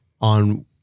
on